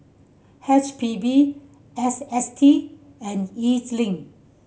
H P B S S T and E Z Link